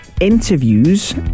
interviews